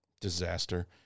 disaster